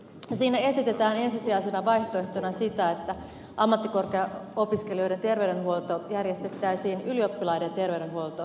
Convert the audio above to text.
siinä esitetään ensisijaisena vaihtoehtona sitä että ammattikorkeakouluopiskelijoiden terveydenhuolto järjestettäisiin ylioppilaiden terveydenhuoltosäätiössä